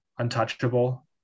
Untouchable